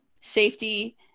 safety